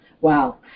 wow